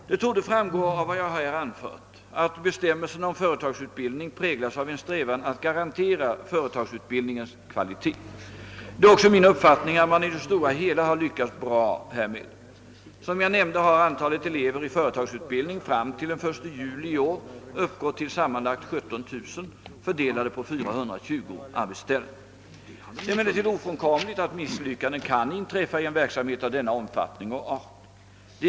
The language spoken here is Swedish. Det torde framgå av vad jag anfört att bestämmelserna om företagsutbildning präglas av en strävan att garantera företagsutbildningens kvalitet. Det är också min uppfattning att man i det stora hela har lyckats bra härmed. Som jag nämnde har antalet elever i företagsutbildning fram till den 1 juli i år uppgått till sammanlagt 17000, fördelade på: 420 arbetsställen. Det är emellertid ofrånkomligt att misslyckanden kan inträffa i en verksamhet av denna omfattning och art.